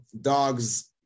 dogs